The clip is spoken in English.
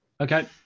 Okay